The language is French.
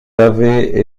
avaient